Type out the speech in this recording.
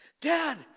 Dad